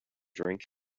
drank